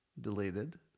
deleted